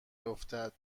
افتد